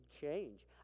change